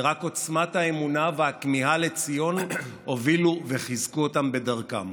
ורק עוצמת האמונה והכמיהה לציון הובילו וחיזקו אותם בדרכם.